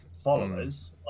followers